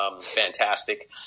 fantastic